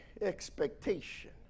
expectation